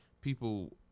people